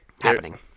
happening